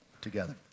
together